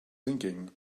thinking